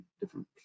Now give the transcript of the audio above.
different